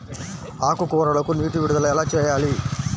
ఆకుకూరలకు నీటి విడుదల ఎలా చేయాలి?